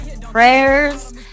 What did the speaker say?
prayers